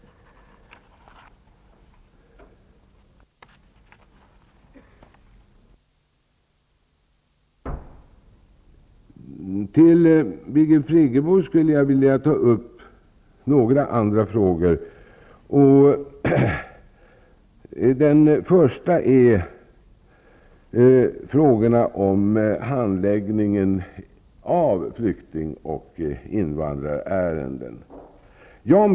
Jag skulle vilja ta upp några andra frågor med Birgit Friggebo. Först gäller det handläggningen av flyktingoch invandrarärendena.